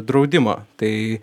draudimo tai